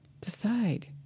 Decide